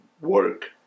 work